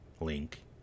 Link